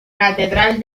catedral